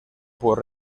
por